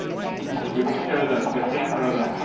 we could show the the camera. and